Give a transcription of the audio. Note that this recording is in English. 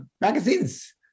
magazines